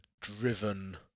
driven